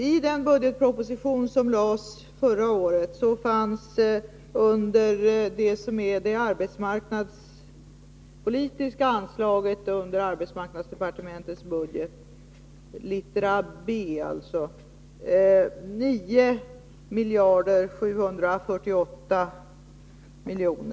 I den budgetproposition som lades fram förra året fanns det under det arbetsmarknadspolitiska anslaget i arbetsmarknadsdepartementets budget, littera B, 9 748 000 kr.